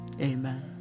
Amen